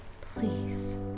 please